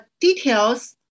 details